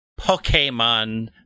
Pokemon